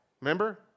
Remember